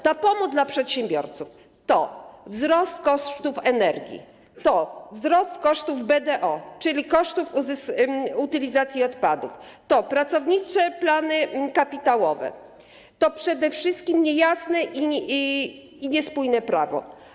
Ta pomoc dla przedsiębiorców to wzrost kosztów energii, to wzrost kosztów BDO, czyli kosztów utylizacji odpadów, to pracownicze plany kapitałowe, to przede wszystkim niejasne i niespójne prawo.